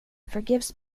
forgives